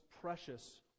precious